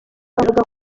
avuga